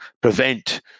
prevent